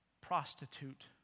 prostitute